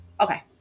Okay